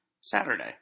Saturday